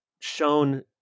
shown